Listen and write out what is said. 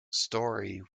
storey